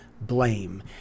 blame